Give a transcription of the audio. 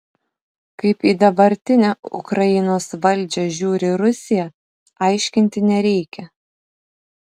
kaip į dabartinę ukrainos valdžią žiūri rusija aiškinti nereikia